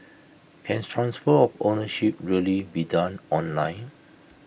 cans transfer of ownership really be done online